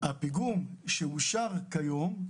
הפיגום הישראלי שאושר כיום,